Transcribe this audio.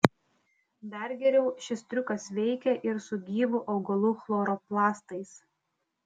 dar geriau šis triukas veikia ir su gyvų augalų chloroplastais